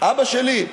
אבא שלי?